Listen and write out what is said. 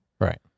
Right